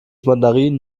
mandarinen